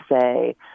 say